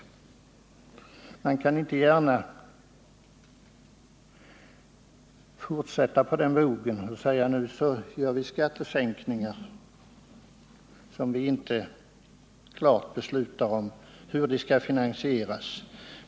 Man kan inte gärna fortsätta på den bogen och säga: Nu genomför vi skattesänkningar som vi inte klart beslutar hur de skall finansieras.